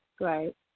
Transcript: Right